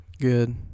good